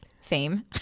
fame